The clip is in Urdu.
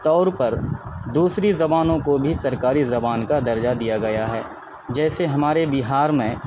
طور پر دوسری زبانوں کو بھی سرکاری زبان کا درجہ دیا گیا ہے جیسے ہمارے بہار میں